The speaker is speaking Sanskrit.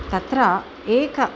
तत्र एकम्